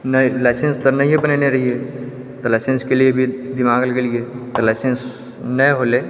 नहि लाइसेन्स तऽ नहिये बनयने रहियै तऽ लाइसेंस के लिए भी दिमाग लगेलियै लाइसेन्स नहि होलै